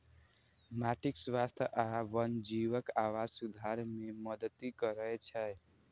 माटिक स्वास्थ्य आ वन्यजीवक आवास सुधार मे मदति करै छै